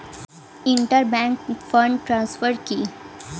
Inter bank fund transfer কি?